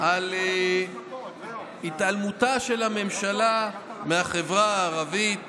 על התעלמותה של הממשלה מהחברה הערבית